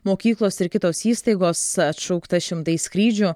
mokyklos ir kitos įstaigos atšaukta šimtai skrydžių